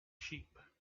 sheep